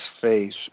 face